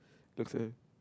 look sir